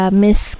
miss